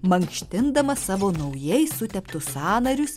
mankštindamas savo naujai suteptus sąnarius